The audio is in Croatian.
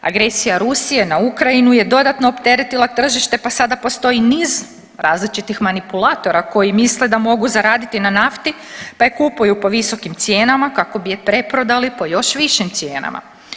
Agresija Rusije na Ukrajinu je dodatno opteretila tržište, pa sada postoji niz različitih manipulatora koji misle da mogu zaraditi na nafti pa je kupuju po visokim cijenama kako bi je preprodali po još višim cijenama.